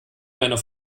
meiner